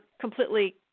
completely